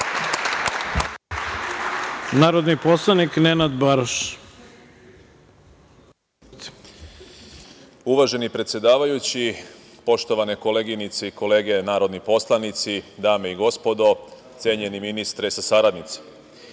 Baroš. **Nenad Baroš** Uvaženi predsedavajući, poštovane koleginice i kolege narodni poslanici, dame i gospodo, cenjeni ministre sa saradnicima,